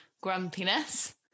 grumpiness